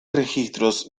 registros